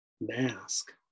mask